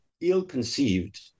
ill-conceived